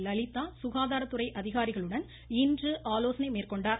லலிதா சுகாதாரத்துறை அதிகாரிகளுடன் இன்று ஆலோசனை மேற்கொண்டார்